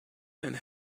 and